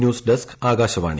news desk Akashvani